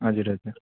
हजुर हजुर